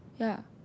ya